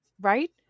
right